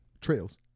Trails